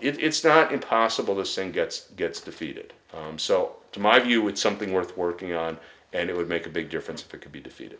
it's not impossible to send gets gets defeated so to my view would something worth working on and it would make a big difference for could be defeated